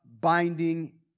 binding